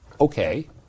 Okay